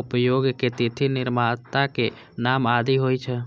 उपयोगक तिथि, निर्माताक नाम आदि होइ छै